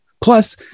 Plus